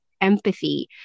empathy